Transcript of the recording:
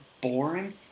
boring